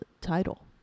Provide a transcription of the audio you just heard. title